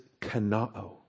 kanao